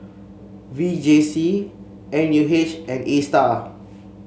V J C N U H and Astar